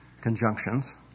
conjunctions